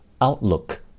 outlook